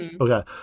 Okay